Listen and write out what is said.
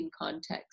context